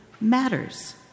matters